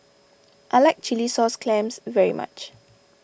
I like Chilli Sauce Clams very much